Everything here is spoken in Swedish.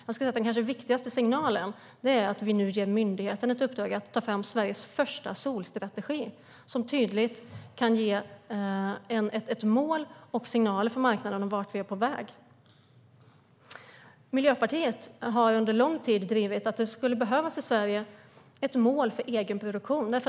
Den kanske viktigaste signalen är att vi nu ger myndigheten ett uppdrag att ta fram Sveriges första solstrategi som tydligt kan ge ett mål och signaler till marknaden om vart vi är på väg. Miljöpartiet har under lång tid drivit att det skulle behövas ett mål i Sverige för egenproduktion.